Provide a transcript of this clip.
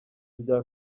bya